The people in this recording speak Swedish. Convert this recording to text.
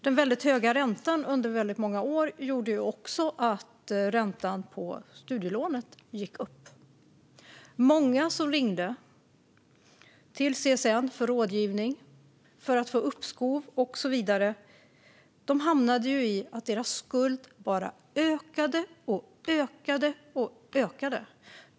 Den väldigt höga räntan under väldigt många år gjorde också att räntan på studielånen gick upp. Många som ringde till CSN för rådgivning, för att få uppskov och så vidare hade hamnat i situationen att deras skulder bara ökade och ökade.